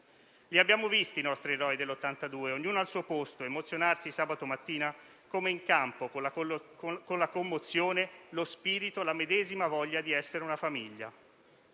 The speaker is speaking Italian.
Li abbiamo visti i nostri eroi dell'82, ognuno al suo posto, emozionarsi sabato mattina come in campo, con la commozione, lo spirito, la medesima voglia di essere una famiglia.